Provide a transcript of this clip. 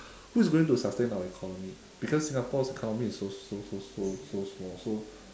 who is going to sustain our economy because singapore's economy's so so so so so small so